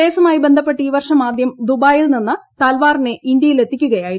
കേസുമായി ബന്ധപ്പെട്ട് ഈ വർഷം ആദ്യം ദുബായിൽ നിന്ന് തൽവാറിനെ ഇന്ത്യയിലെത്തിക്കുകയായിരുന്നു